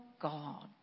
God